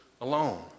alone